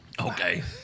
Okay